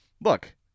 look